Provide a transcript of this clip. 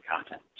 content